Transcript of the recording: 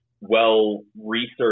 well-researched